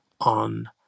on